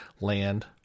land